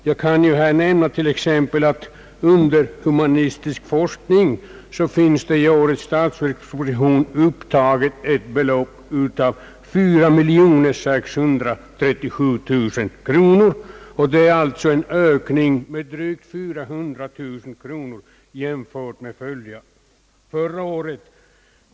Jag kan t.ex. nämna att det under humanistiska fakulteten i årets statsverksproposition finns upptaget ett belopp av 4637 000 kronor, vilket innebär en ökning med drygt 400 000 kronor jämfört med förra året.